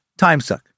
timesuck